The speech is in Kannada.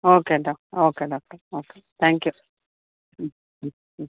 okay doc okay doctor okay thank you hmm hmm ಹ್ಞೂ